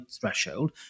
threshold